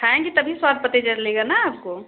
खाएंगी तभी स्वाद पता चलेगा न आपको